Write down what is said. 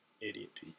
idiot